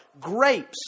Grapes